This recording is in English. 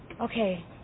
Okay